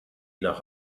nach